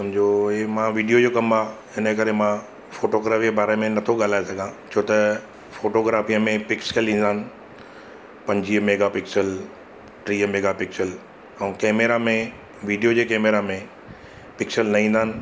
सम्झो इहे मां वीडियो जो कमु आहे इन करे मां फोटोग्राफीअ जे बारे में नथो ॻाल्हाए सघां छो त फोटोग्राफीअ में पिक्सल ईंदा आहिनि पंजीह मेगापिक्सल टीह मेगापिक्सल ऐं कैमेरा में वीडियो जे कैमेरा में पिक्सल न ईंदा आहिनि